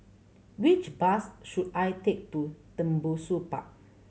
which bus should I take to Tembusu Park